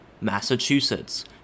Massachusetts